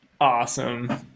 Awesome